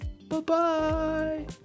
Bye-bye